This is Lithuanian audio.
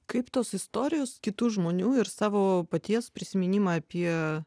kaip tos istorijos kitų žmonių ir savo paties prisiminimą apie